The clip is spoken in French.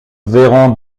verrons